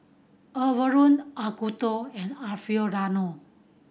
Overrun Acuto and Alfio Raldo